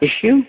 issue